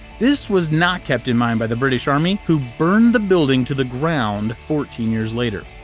this was not kept in mind by the british army, who burned the building to the ground fourteen years later.